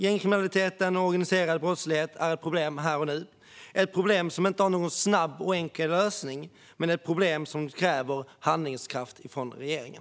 Gängkriminalitet och organiserad brottslighet är ett problem här och nu. Det är ett problem som inte har någon snabb och enkel lösning, men det är ett problem som kräver handlingskraft från regeringen.